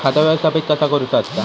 खाता व्यवस्थापित कसा करुचा असता?